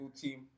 team